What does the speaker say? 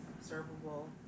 observable